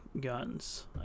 guns